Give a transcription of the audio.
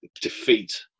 defeat